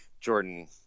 Jordan